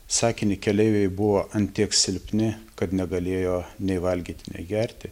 sakinį keleiviai buvo ant tiek silpni kad negalėjo nei valgyti nei gerti